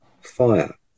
fire